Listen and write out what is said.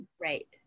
Right